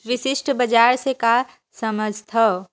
विशिष्ट बजार से का समझथव?